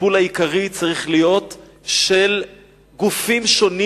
הטיפול העיקרי צריך להיות של גופים שונים